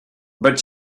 but